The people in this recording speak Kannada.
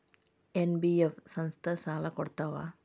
ಎನ್.ಬಿ.ಎಫ್ ಸಂಸ್ಥಾ ಸಾಲಾ ಕೊಡ್ತಾವಾ?